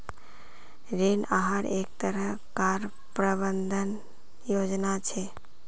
ऋण आहार एक तरह कार प्रबंधन योजना छे